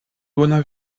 bona